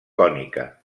cònica